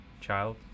child